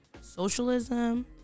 socialism